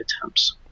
attempts